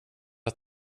att